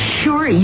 sure